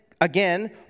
again